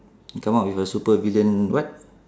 come out with a supervillain what